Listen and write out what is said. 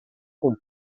com